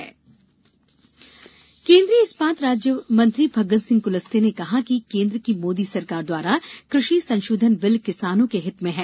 कृषि संशोषन विल केंद्रीय इस्पात राज्य मंत्री फग्गन सिंह कूलस्ते ने कहा है कि केंद्र की मोदी सरकार द्वारा कृषि संशोधन विल किसानों के हित में है